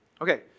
Okay